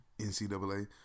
NCAA